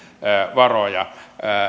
varoja